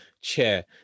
chair